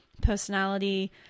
personality